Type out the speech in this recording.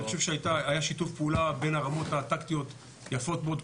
אני חושב שהיה שיתוף פעולה בין הרמות הטקטיות יפות מאוד,